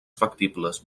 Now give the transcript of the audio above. factibles